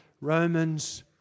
Romans